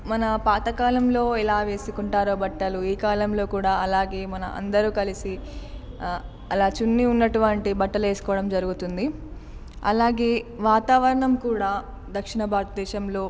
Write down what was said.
మన పాతకాలంలో ఎలా వేసుకుంటారో బట్టలు ఈ కాలంలో కూడా అలాగే మన అందరూ కలిసి అలా చున్నీ ఉన్నటువంటి బట్టలు వేసుకోవడం జరుగుతుంది అలాగే వాతావరణం కూడా దక్షిణ భారతదేశంలో